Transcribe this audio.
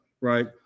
right